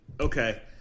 okay